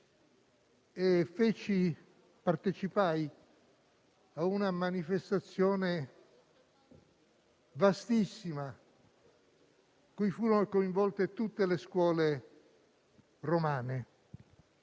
e partecipai ad una manifestazione vastissima in cui furono coinvolte tutte le scuole romane.